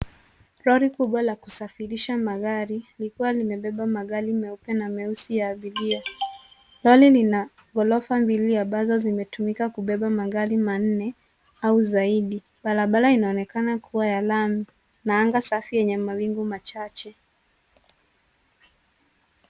Lori kubwa la kusafirisha magari, likiwa limebeba magari meupe na meusi ya abiria. Lori lina ghorofa mbili ambazo zimetumika kubeba magari manne au zaidi. Barabara inaonekana kuwa ya lami, na anga safi yenye mawingu machache.